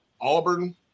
Auburn